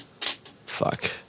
Fuck